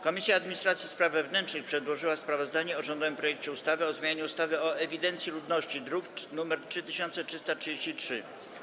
Komisja Administracji i Spraw Wewnętrznych przedłożyła sprawozdanie o rządowym projekcie ustawy o zmianie ustawy o ewidencji ludności, druk nr 3333.